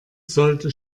sollte